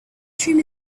dream